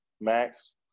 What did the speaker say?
Max